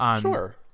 Sure